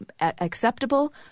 acceptable